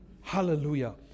Hallelujah